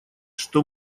что